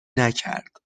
نکرد